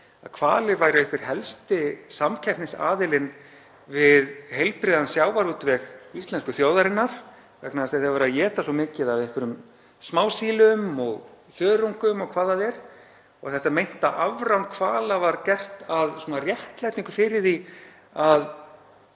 hvalir væru einhver helsti samkeppnisaðilinn við heilbrigðan sjávarútveg íslensku þjóðarinnar vegna þess að þeir væru að éta svo mikið af einhverjum smásílum og þörungum og hvað það er og þetta meinta afrán hvala var gert að réttlætingu fyrir því að